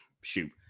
shoot